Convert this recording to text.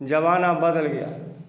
ज़माना बदल गया